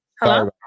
Hello